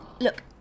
Look